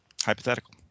Hypothetical